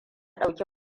ɗauki